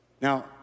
Now